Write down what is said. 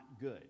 good